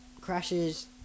crashes